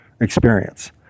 experience